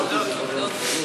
לא.